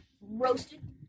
roasted